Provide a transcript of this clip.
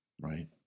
right